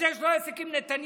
אז יש לו עסק עם נתניהו.